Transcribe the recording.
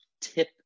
tip